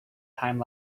time